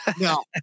No